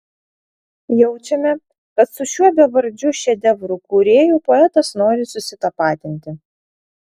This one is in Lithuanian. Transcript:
jaučiame kad su šiuo bevardžiu šedevrų kūrėju poetas nori susitapatinti